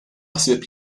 ħsieb